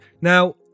Now